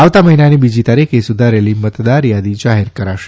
આવતા મહિનાની બીજી તારીખે સુધારેલી મતદારયાદી જાહેર કરાશે